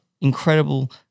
incredible